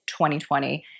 2020